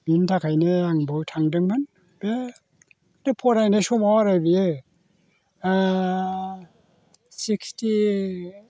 बिनि थाखायनो आं बावहाय थांदोंमोन बे फरायनाय समाव आरो बियो सिक्सटि